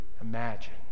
imagine